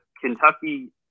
Kentucky